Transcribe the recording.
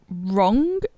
wrong